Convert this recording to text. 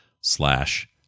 slash